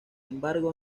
embargo